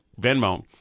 Venmo